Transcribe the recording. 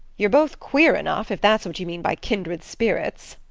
you're both queer enough, if that's what you mean by kindred spirits,